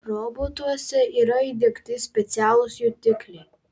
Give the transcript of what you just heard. robotuose yra įdiegti specialūs jutikliai